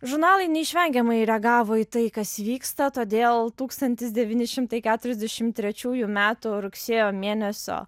žurnalai neišvengiamai reagavo į tai kas vyksta todėl tūkstantis devyni šimtai keturiasdešimt trečiųjų metų rugsėjo mėnesio